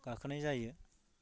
गाखोनाय जायो